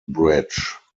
bridge